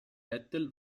vettel